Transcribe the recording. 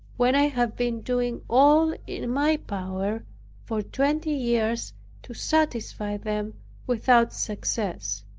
when i have been doing all in my power for twenty years to satisfy them without success?